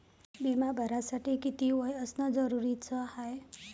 बिमा भरासाठी किती वय असनं जरुरीच हाय?